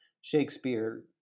Shakespeare